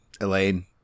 Elaine